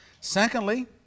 Secondly